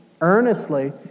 earnestly